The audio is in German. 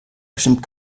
bestimmt